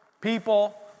people